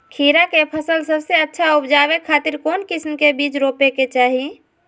खीरा के फसल सबसे अच्छा उबजावे खातिर कौन किस्म के बीज रोपे के चाही?